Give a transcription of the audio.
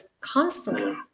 constantly